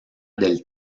del